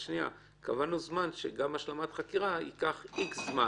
קבענו שגם השלמת חקירה ייקח X זמן.